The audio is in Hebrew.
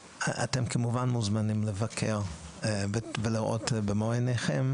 כמובן שאתם מוזמנים לבקר ולראות בית מאזן במו עיניכם.